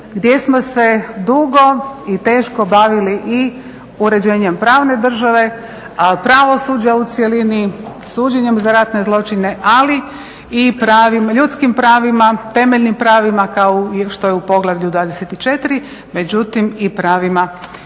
gdje smo se dugo i teško bavili i uređenjem pravne države, pravosuđa u cjelini, suđenjem za ratne zločine, ali i pravim ljudskim pravima, temeljnim pravima kao što je u poglavlju 24, međutim i pravima